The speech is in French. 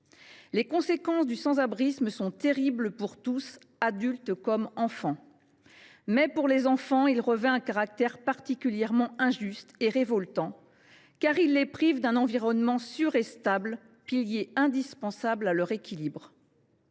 Les conséquences du sans abrisme sont terribles, pour tous, adultes comme enfants. Mais, pour ces derniers, il revêt un caractère particulièrement injuste et révoltant, car il les prive d’un environnement sûr et stable, pilier indispensable à leur équilibre.